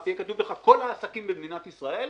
ויהיה כתוב לך שכל העסקים במדינת ישראל,